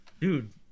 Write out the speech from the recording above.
Dude